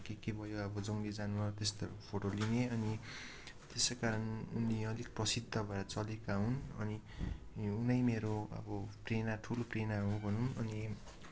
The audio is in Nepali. के के भयो अब जङ्गली जनावर त्यस्तोहरूको फोटो लिने अनि त्यसै कारण उनी अलिक प्रसिद्ध भएर चलेका हुन् अनि उनै मेरो अब प्रेरणा ठुलो प्रेरणा हो भनौँ अनि